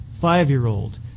five-year-old